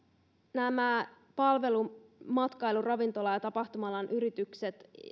nämä palvelu matkailu ravintola ja ja tapahtuma alan yritykset